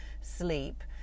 sleep